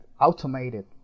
automated